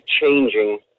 changing